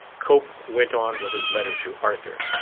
cope went on with his letter to arthur